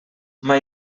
mai